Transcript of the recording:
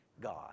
God